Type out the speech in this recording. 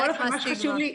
בכל אופן,